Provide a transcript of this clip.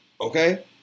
okay